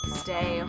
stay